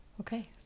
Okay